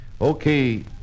Okay